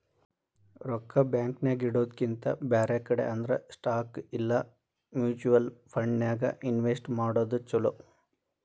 ರೊಕ್ಕಾ ಬ್ಯಾಂಕ್ ನ್ಯಾಗಿಡೊದ್ರಕಿಂತಾ ಬ್ಯಾರೆ ಕಡೆ ಅಂದ್ರ ಸ್ಟಾಕ್ ಇಲಾ ಮ್ಯುಚುವಲ್ ಫಂಡನ್ಯಾಗ್ ಇನ್ವೆಸ್ಟ್ ಮಾಡೊದ್ ಛಲೊ